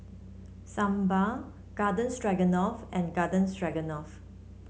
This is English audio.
Sambar Garden Stroganoff and Garden Stroganoff